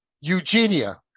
Eugenia